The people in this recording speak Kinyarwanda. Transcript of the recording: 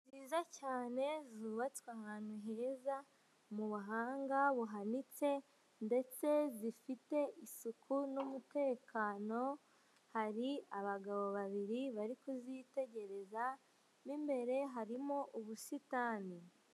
Inzu nziza cyane zubatswe ahantu heza mu buhanga buhanitse ndetse zifite isuku n'umutekano hari abagabo babiri bari kuzitegereza mu imbere harimo ubusitani.